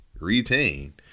retain